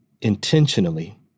intentionally